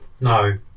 No